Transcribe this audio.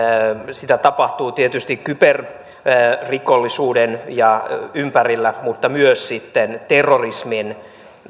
sitä tapahtuu tietysti kyberrikollisuuden ympärillä mutta myös terrorismin